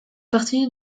partie